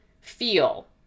feel